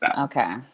Okay